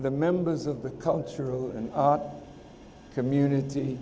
the members of the cultural and community